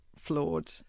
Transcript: flawed